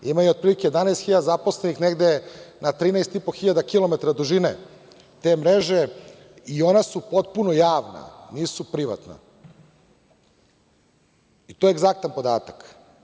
Imaju otprilike 11.000 zaposlenih negde na 13,5 hiljada kilometara dužine te mreže i ona su potpuno javna, nisu privatna i to je egzaktan podatak.